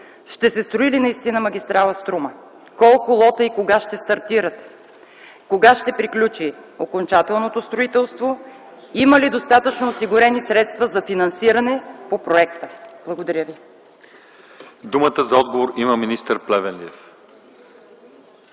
ще се строи ли наистина магистрала „Струма”? Колко лота и кога ще стартират? Кога ще приключи окончателното строителство? Има ли достатъчно осигурени средства за финансиране по проекта? Благодаря ви. ПРЕДСЕДАТЕЛ ЛЪЧЕЗАР ИВАНОВ: Думата за отговор има министър Плевнелиев.